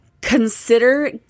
Consider